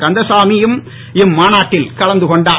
கந்தசாமியும் அம்மாநாட்டில் கலந்து கொண்டார்